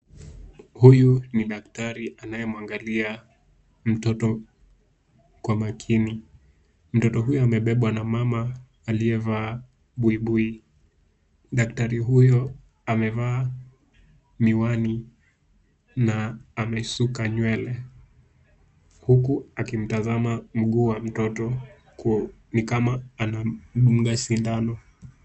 Huyu ni daktari anayemwangalia mtoto kwa makini. Mtoto huyo amebebwa na mama aliyevaa buibui. Daktari huyo amevaa miwani na amesuka nywele huku akimtazama mguu wa mtoto ni kama anamdunga sindano.